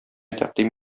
тәкъдим